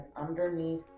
underneath